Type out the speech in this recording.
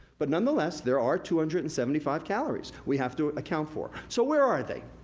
but, nonetheless, there are two hundred and seventy five calories we have to account for. so where are they?